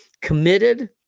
committed